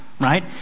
right